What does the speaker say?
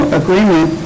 agreement